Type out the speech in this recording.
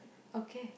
okay